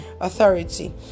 authority